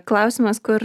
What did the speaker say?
klausimas kur